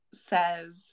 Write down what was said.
says